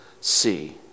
see